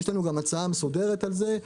יש לנו הצעה מסודרת על זה.